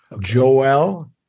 Joel